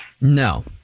No